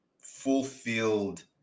fulfilled